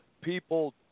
people